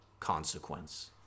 consequence